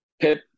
Pip